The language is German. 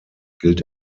gilt